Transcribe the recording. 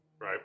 Right